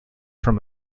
from